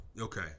Okay